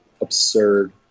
absurd